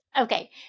Okay